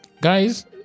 Guys